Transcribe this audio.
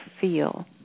feel